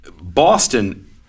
Boston